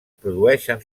produeixen